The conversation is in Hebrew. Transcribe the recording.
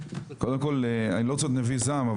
קודם כל אני לא רוצה להיות נביא זעם,